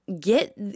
get